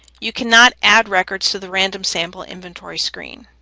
you cannot add records to the random sample inventory screen.